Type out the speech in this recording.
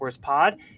Pod